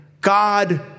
God